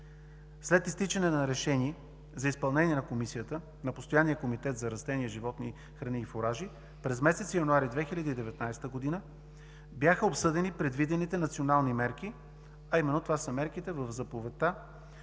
След изтичане на Решение за изпълнение на Комисията, на Постоянния комитет за растения, животни, храни и фуражи през месец януари 2019 г. бяха обсъдени предвидените национални мерки, а именно това са мерките в заповедта